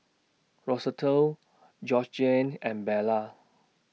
Rosetta Georgiann and Bella